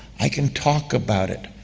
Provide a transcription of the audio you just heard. i can talk about it.